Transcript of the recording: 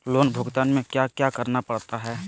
loan भुगतान में क्या क्या करना पड़ता है